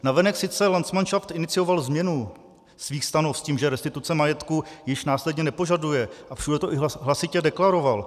Navenek sice landsmanšaft inicioval změnu svých stanov s tím, že restituce majetku již následně nepožaduje, a všude to i hlasitě deklaroval.